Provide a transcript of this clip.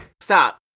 stop